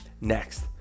Next